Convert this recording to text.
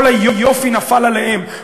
כל היופי נפל עליהם,